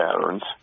patterns